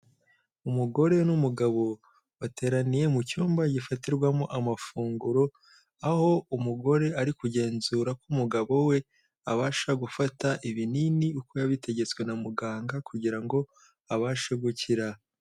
Umugore n'umugabo bateraniye mu cyumba gifatirwamo amafunguro, aho umugore ari kugenzura ko umugabo we abasha gufata ibinini uko yabitegetswe na muganga, kugira ngo abashe gukira.